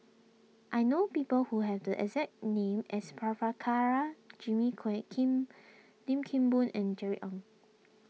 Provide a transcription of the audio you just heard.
I know people who have the exact name as Prabhakara Jimmy Quek Kim Lim Kim Boon and Jerry Ng